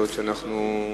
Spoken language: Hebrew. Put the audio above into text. יכול להיות שאנחנו,